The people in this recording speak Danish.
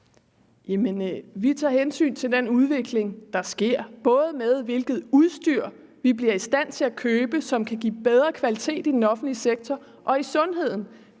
Vi tager hensyn til den udvikling, der sker, både med hensyn til hvilket udstyr vi bliver i stand til at købe, som kan give bedre kvalitet i den offentlige sektor, og i sundheden.